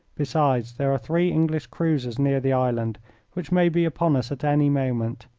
besides, there are three english cruisers near the island which may be upon us at any moment.